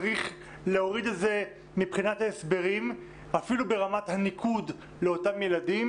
צריך להוריד את זה מבחינת ההסברים אפילו ברמת הניקוד לאותם ילדים,